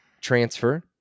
transfer